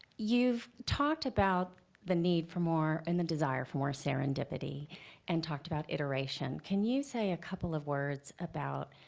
you've talked about the need for more and the desire for more serendipity and talked about iteration. can you say a couple of words about